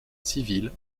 civil